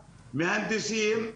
מהנדסים,